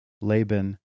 Laban